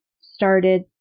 started